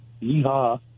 Yeehaw